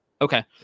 Okay